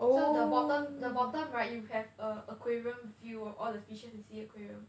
so the bottom the bottom right you have a aquarium view of all the fishes in sea aquarium